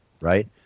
right